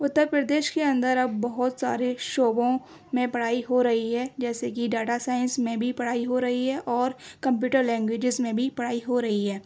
اتر پردیش کے اندر اب بہت سارے شعبوں میں پڑھائی ہو رہی ہے جیسے کہ ڈاٹا سائنس میں بھی پڑھائی ہو رہی ہے اور کمپیوٹر لینگویجز میں بھی پڑھائی ہو رہی ہے